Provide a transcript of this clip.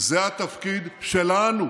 זה התפקיד שלנו,